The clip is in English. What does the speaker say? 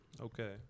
Okay